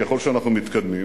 ככל שאנחנו מתקדמים,